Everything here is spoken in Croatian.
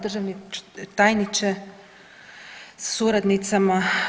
Državni tajniče sa suradnicima.